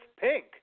Pink